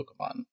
Pokemon